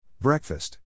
Breakfast